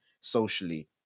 socially